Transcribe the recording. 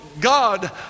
God